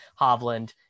Hovland